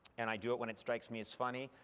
and i do it when it strikes me as funny,